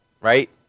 right